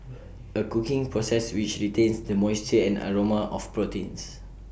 A cooking process which retains the moisture and aroma of proteins